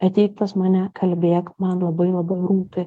ateik pas mane kalbėk man labai labai rūpi